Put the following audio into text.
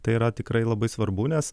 tai yra tikrai labai svarbu nes